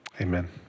amen